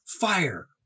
fire